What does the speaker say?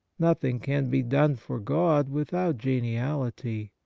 nothing can be done for god without geniality.